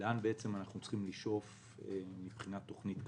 לאן אנחנו צריכים לשאוף בתכנית כלכלית.